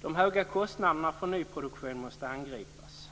De höga kostnaderna för nyproduktion måste angripas.